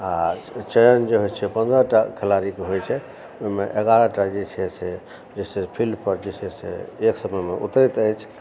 आओर चयन जे होइत छै पन्द्रहटा खिलाड़ीके होइत छै ओहिमे एगारहटा जे छै फिल्डपर जे छै से एक समयमे उतरैत अछि